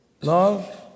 Love